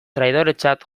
traidoretzat